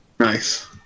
Nice